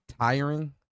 tiring